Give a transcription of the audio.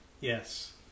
Yes